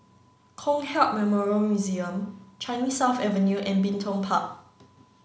Kong Hiap Memorial Museum Changi South Avenue and Bin Tong Park